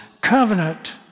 covenant